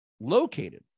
located